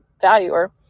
valuer